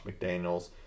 McDaniels